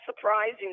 surprising